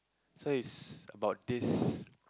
so it's about this